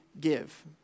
give